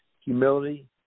humility